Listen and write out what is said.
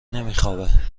نمیخوابه